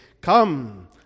Come